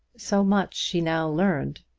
so much she now learned,